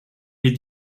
lès